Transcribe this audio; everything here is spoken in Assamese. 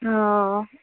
অঁ